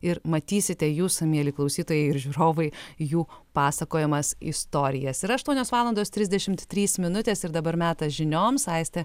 ir matysite jūs mieli klausytojai ir žiūrovai jų pasakojamas istorijas ir aštuonios valandos trisdešimt trys minutės ir dabar metas žinioms aistė